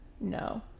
no